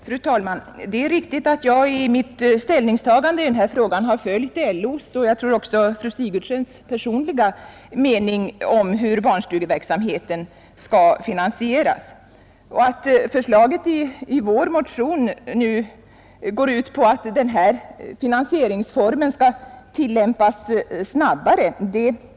Fru talman! Det är riktigt att jag vid mitt ställningstagande i denna fråga har följt LO:s uppfattning, som jag också tror är fru Sigurdsens personliga mening om hur barnstugeverksamheten skall finansieras. Fru Sigurdsen betecknade nu som överbudspolitik från vår sida att förslaget i vår motion går ut på att denna finansieringsform skall tillämpas snabbare.